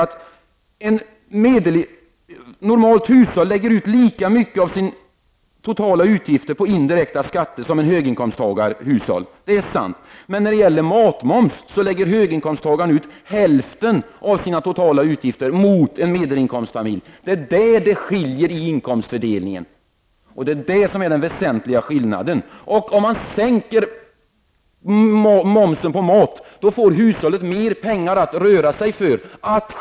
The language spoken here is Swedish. Ett normalt hushåll lägger ut lika mycket av sina totala utgifter på indirekta skatter som ett höginkomsttagarhushåll. Det är sant, men beträffande matmoms lägger höginkomsttagarna ut hälften så mycket av sina totala utgifter jämfört med en medelinkomstfamilj. Det är där som det skiljer i inkomstfördelningen, och det är en väsentlig skillnad. Om momsen på mat sänks, får hushållen mer pengar att själva disponera.